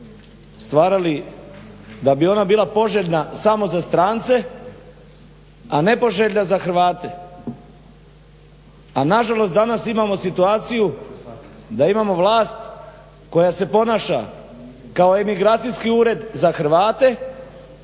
stvarali da bi ona bila poželjna samo za strance, a nepoželjna za Hrvate. A nažalost danas imamo situaciju da imamo vlast koja se ponaša kao Emigracijski ured za Hrvate,